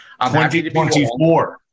2024